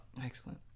Excellent